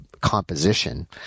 composition